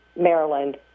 Maryland